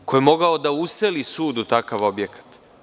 Ko je mogao da useli sud u takav objekat?